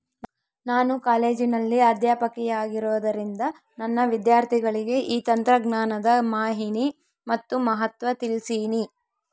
ನಾನು ಕಾಲೇಜಿನಲ್ಲಿ ಅಧ್ಯಾಪಕಿಯಾಗಿರುವುದರಿಂದ ನನ್ನ ವಿದ್ಯಾರ್ಥಿಗಳಿಗೆ ಈ ತಂತ್ರಜ್ಞಾನದ ಮಾಹಿನಿ ಮತ್ತು ಮಹತ್ವ ತಿಳ್ಸೀನಿ